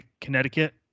Connecticut